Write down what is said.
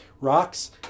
rocks